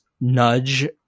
nudge